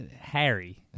Harry